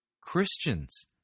Christians